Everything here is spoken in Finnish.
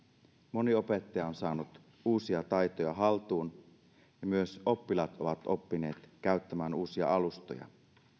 moni opettaja on saanut uusia taitoja haltuun ja myös oppilaat ovat oppineet käyttämään uusia alustoja